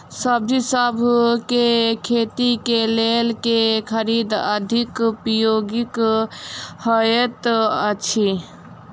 सब्जीसभ केँ खेती केँ लेल केँ खाद अधिक उपयोगी हएत अछि?